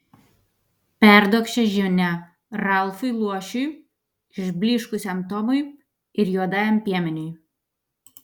perduok šią žinią ralfui luošiui išblyškusiam tomui ir juodajam piemeniui